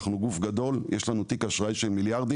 אנחנו גוף גדול, יש לנו תיק אשראי של מיליארדים.